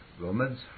Romans